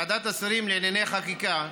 ועדת השרים לענייני חקיקה,